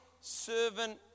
servant